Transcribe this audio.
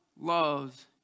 loves